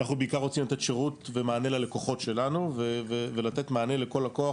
אנחנו בעיקר רוצים לתת שירות ומענה ללקוחות שלנו ולתת מענה לכל לקוח,